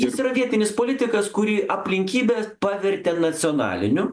jis yra vietinis politikas kurį aplinkybės pavertė nacionaliniu